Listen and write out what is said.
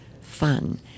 fun